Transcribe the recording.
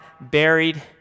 buried